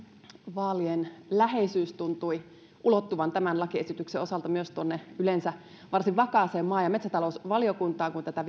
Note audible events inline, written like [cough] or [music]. vaalien läheisyys tuntui ulottuvan tämän lakiesityksen osalta myös yleensä varsin vakaaseen maa ja metsätalousvaliokuntaan kun tätä [unintelligible]